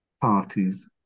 parties